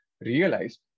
realize